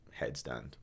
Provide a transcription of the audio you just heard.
headstand